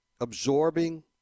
absorbing